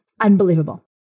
unbelievable